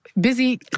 Busy